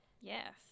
Yes